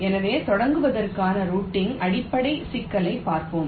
எனவே தொடங்குவதற்கான ரூட்டிங் அடிப்படை சிக்கலைப் பார்ப்போம்